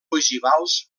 ogivals